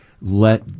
let